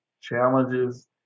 challenges